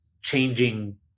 changing